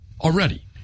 already